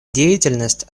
деятельность